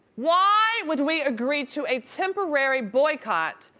why would we agree to a temporary boycott,